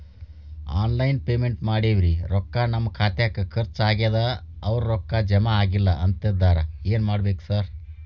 Online payment ಮಾಡೇವಿ ರೊಕ್ಕಾ ನಮ್ ಖಾತ್ಯಾಗ ಖರ್ಚ್ ಆಗ್ಯಾದ ಅವ್ರ್ ರೊಕ್ಕ ಜಮಾ ಆಗಿಲ್ಲ ಅಂತಿದ್ದಾರ ಏನ್ ಮಾಡ್ಬೇಕ್ರಿ ಸರ್?